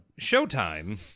showtime